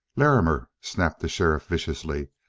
larrimer, snapped the sheriff viciously.